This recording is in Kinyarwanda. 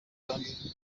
kandi